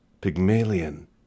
Pygmalion